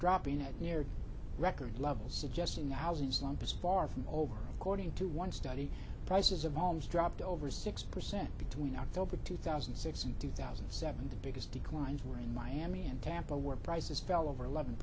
dropping at near record levels suggesting the housing slump is far from over according to one study prices of homes dropped over six percent between october two thousand and six and two thousand and seven the biggest declines were in miami and tampa where prices fell over eleven